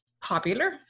popular